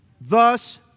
Thus